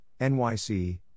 NYC